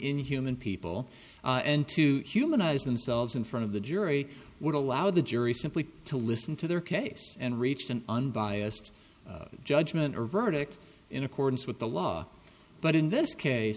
inhuman people and to humanize themselves in front of the jury would allow the jury simply to listen to their case and reached an unbiased judgment or verdict in accordance with the law but in this case